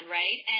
right